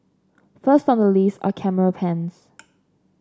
first on the list are camera pens